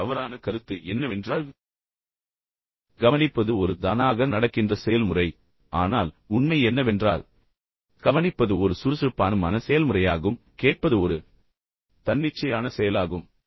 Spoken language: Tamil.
மற்ற தவறான கருத்து என்னவென்றால் கவனிப்பது ஒரு தானாக நடக்கின்ற செயல்முறை ஆனால் உண்மை என்னவென்றால் கவனிப்பது ஒரு சுறுசுறுப்பான மன செயல்முறையாகும் கேட்பது ஒரு தன்னிச்சையான செயலாகும்